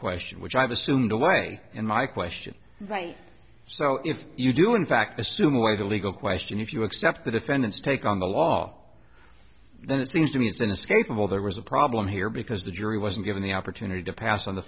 question which i've assumed away in my question right so if you do in fact assume away the legal question if you accept the defendant's take on the law then it seems to me it's inescapable there was a problem here because the jury wasn't given the opportunity to pass on the